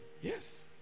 Yes